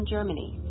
Germany